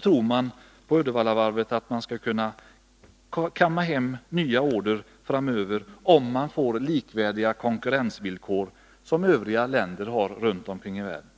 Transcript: tror man på Uddevallavarvet att man skall kunna kamma hem nya order framöver, om man får likvärdiga konkurrensvillkor i förhållande till övriga länder runt omkring i världen.